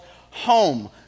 home